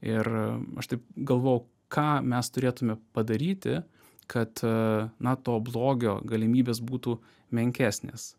ir aš taip galvojau ką mes turėtume padaryti kad na to blogio galimybės būtų menkesnės